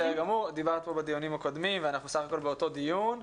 דיברת בדיונים הקודמים ואנחנו בסך הכול באות דיון.